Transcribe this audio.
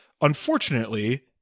unfortunately